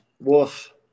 Woof